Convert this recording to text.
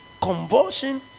convulsion